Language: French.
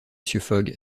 fogg